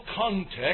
context